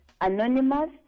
Anonymous